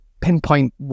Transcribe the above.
pinpoint